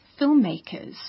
filmmakers